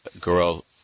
girl